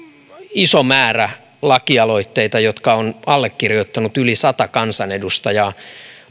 iso määrä lakialoitteita jotka on allekirjoittanut yli sata kansanedustajaa